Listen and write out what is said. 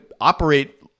operate